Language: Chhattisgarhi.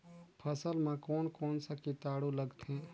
फसल मा कोन कोन सा कीटाणु लगथे?